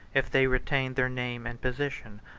if they retained their name and position,